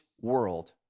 world